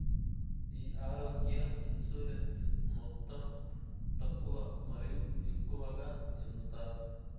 ఈ ఆరోగ్య ఇన్సూరెన్సు మొత్తం తక్కువ మరియు ఎక్కువగా ఎంత?